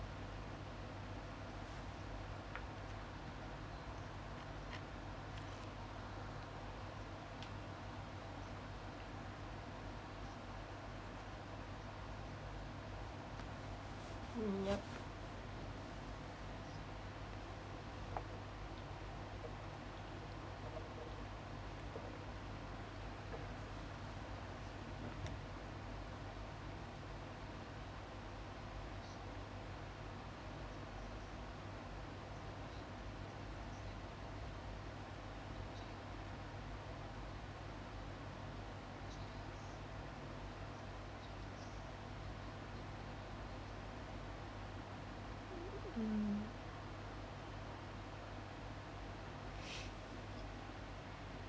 mm yup mm